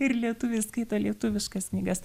ir lietuviai skaito lietuviškas knygas